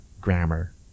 grammar